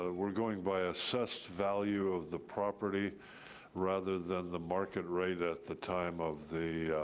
ah we're going by assessed value of the property rather than the market rate at the time of the